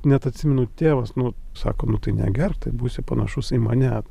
net atsimenu tėvas nu sako nu tai negerk tai būsi panašus į mane